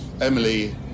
Emily